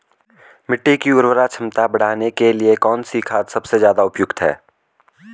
मिट्टी की उर्वरा क्षमता बढ़ाने के लिए कौन सी खाद सबसे ज़्यादा उपयुक्त है?